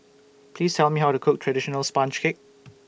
Please Tell Me How to Cook Traditional Sponge Cake